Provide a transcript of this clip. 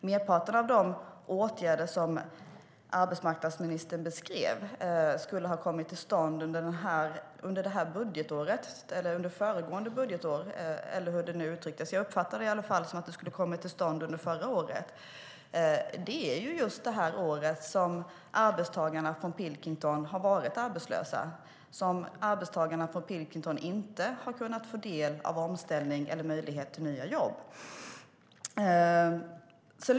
Merparten av de åtgärder som arbetsmarknadsministern beskrev skulle ha kommit till stånd under detta budgetår, under föregående budgetår eller hur det nu uttrycktes. Jag uppfattade det i alla fall som att de skulle ha kommit till stånd under förra året. Det är just detta år som arbetstagarna från Pilkington har varit arbetslösa och inte har kunnat få del av omställning eller möjlighet till nya jobb.